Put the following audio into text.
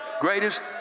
Greatest